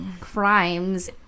crimes